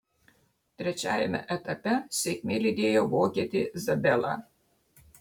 trečiajame etape sėkmė lydėjo vokietį zabelą